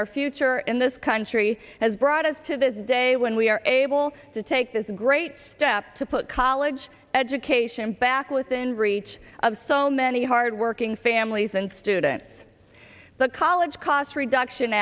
our future in this country has brought us to this day when we are able to take this great step to put college education back within reach of so many hardworking families and students the college cost reduction